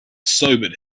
sobered